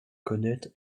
connaître